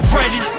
ready